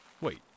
Wait